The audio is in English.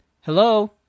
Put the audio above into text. Hello